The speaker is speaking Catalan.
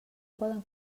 poden